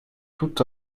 tout